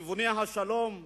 כיווני השלום,